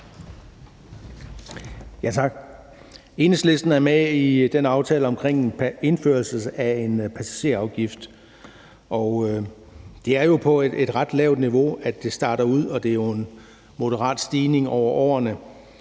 Tak. Enhedslisten er med i den aftale om indførelse af en passagerafgift, og det er jo på et ret lavt niveau, det starter ud, og det er jo en moderat stigning over årene.